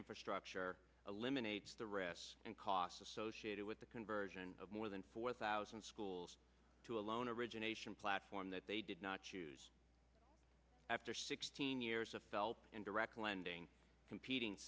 infrastructure eliminates the rest and costs associated with the conversion of more than four thousand schools to a loan origination platform that they did not choose after sixteen years of felt in direct lending competing